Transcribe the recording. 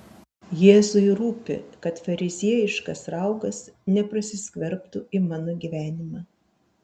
jėzui rūpi kad fariziejiškas raugas neprasiskverbtų į mano gyvenimą